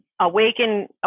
awaken